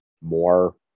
more